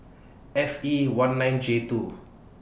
F E one nine J two